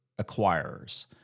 acquirers